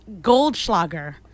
Goldschlager